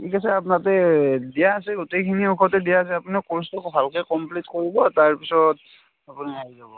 ঠিক আছে আপোনাৰ তাতে দিয়া আছে গোটেইখিনি ঔষধেই দিয়া আছে আপুনি কোৰ্চটো ভালকৈ কমপ্লিট কৰিব তাৰ পিছত আপুনি আহি যাব